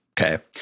okay